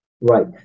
Right